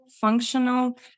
functional